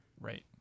Right